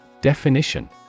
Definition